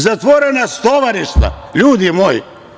Zatvorena su stovarišta, ljudi moji.